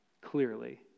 clearly